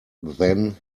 then